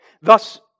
Thus